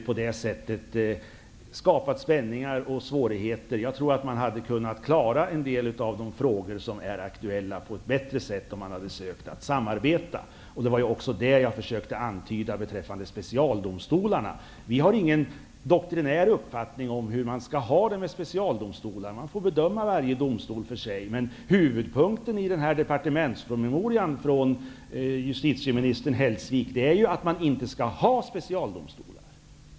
På det sättet har spänningar och svårigheter skapats. Jag tror att man hade kunnat klara ut en del av de aktuella frågorna på ett bättre sätt om man hade sökt samarbete. Det var det jag försökte antyda beträffande specialdomstolarna. Vi har ingen doktrinär uppfattning om specialdomstolarna. Varje domstol får ges en egen bedömning. Huvudpunkten i departementspromemorian från justitieminister Hellsvik är att det inte skall finnas specialdomstolar.